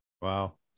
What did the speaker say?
Wow